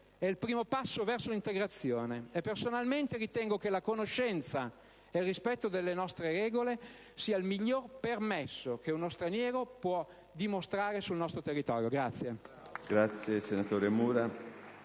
è il primo passo verso l'integrazione e, personalmente, ritengo che la conoscenza e il rispetto delle nostre regole sia il miglior permesso che uno straniero può dimostrare di avere sul nostro territorio.